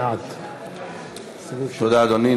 בעד תודה, אדוני.